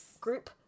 group